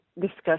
Discuss